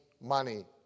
money